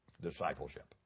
discipleship